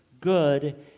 good